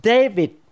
David